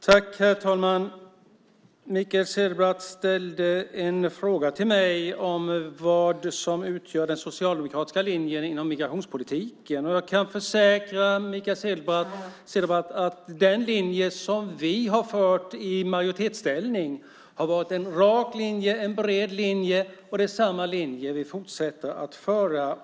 Herr talman! Mikael Cederbratt ställde en fråga till mig om vad som utgör den socialdemokratiska linjen inom migrationspolitiken. Jag kan försäkra Mikael Cederbratt om att den linje som vi har följt i majoritetsställning har varit en rak och bred linje. Det är samma linje som vi fortsätter att följa.